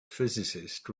physicist